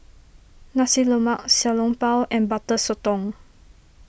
Nasi Lemak Xiao Long Bao and Butter Sotong